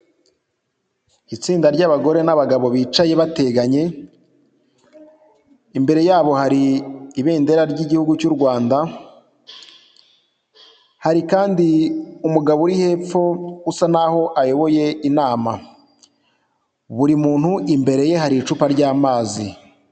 Itsinda ry'abagore n'abagabo bicaye bateganye, imbere yabo hari ibendera ry'igihugu cy' u Rwanda, hari kandi umugabo uri hepfo usa n'aho ayoboye inama, buri muntu imbere ye hari icupa ry'amazi.